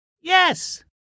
Yes